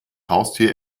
haustier